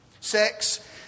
Sex